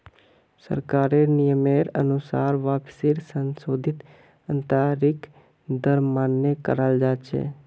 सरकारेर नियमेर अनुसार वापसीर संशोधित आंतरिक दर मान्य कराल जा छे